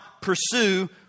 pursue